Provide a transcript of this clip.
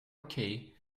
okay